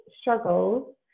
struggles